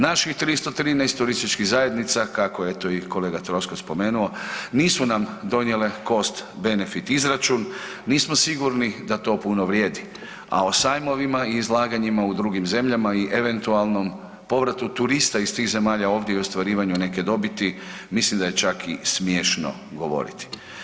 Naših 313 turističkih zajednica, kako je to i kolega Troskot spomenuo, nisu nam donijele cost benefit izračun, nismo sigurni da to puno vrijedi, a o sajmovima i izlaganjima u drugim zemljama i eventualnom povratu turista iz tih zemalja ovdje i ostvarivanju neke dobiti mislim da je čak i smiješno govoriti.